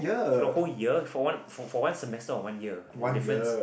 for the whole year for one for for one semester or one year there's a difference